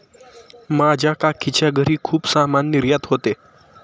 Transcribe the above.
माझ्या काकीच्या घरी खूप सामान निर्यात होते